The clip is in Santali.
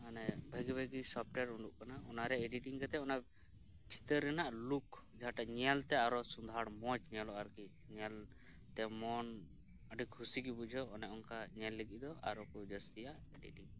ᱢᱟᱱᱮ ᱵᱷᱟᱹᱜᱤ ᱵᱷᱟᱹᱜᱤ ᱥᱚᱯᱴᱭᱟᱨ ᱩᱰᱩᱜ ᱟᱠᱟᱱᱟ ᱚᱱᱟᱨᱮ ᱮᱰᱤᱴᱤᱝ ᱠᱟᱛᱮᱫ ᱚᱱᱟ ᱪᱤᱛᱟᱹᱨ ᱨᱮᱭᱟᱜ ᱞᱩᱠ ᱡᱟᱦᱟᱸᱴᱟᱜ ᱧᱮᱞᱛᱮ ᱟᱨᱚ ᱥᱚᱸᱫᱷᱟᱲ ᱢᱚᱸᱡᱽ ᱧᱮᱞᱚᱜ ᱟᱨᱠᱤ ᱧᱮᱞ ᱢᱚᱱ ᱟᱹᱰᱤ ᱠᱷᱩᱥᱤᱜᱮ ᱵᱩᱡᱷᱟᱹᱜ ᱚᱱᱮᱚᱱᱠᱟ ᱧᱮᱞ ᱞᱟᱹᱜᱤᱫ ᱫᱚ ᱟᱨᱚᱠᱚ ᱡᱟᱹᱥᱛᱤᱭᱟ ᱮᱰᱤᱴᱤᱝ